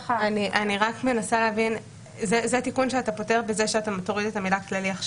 זה תיקון שלהבנתי אתה פותר עכשיו בזה שאתה תוריד את המילה "כללי".